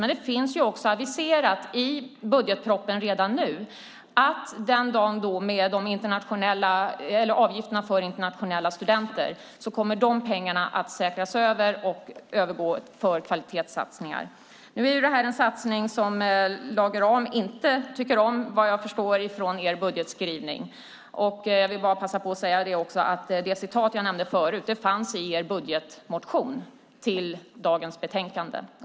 Men det finns också aviserat i budgetpropositionen redan nu att med avgifterna för internationella studenter kommer de pengarna att säkras och övergå till kvalitetssatsningar. Nu är det här en satsning som Lage Rahm inte tycker om, vad jag förstår av er budgetskrivning. Jag vill bara passa på att säga att det citat jag nämnde förut fanns i er budgetmotion som behandlas i dagens betänkande.